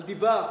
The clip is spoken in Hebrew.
על דיבה?